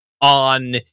on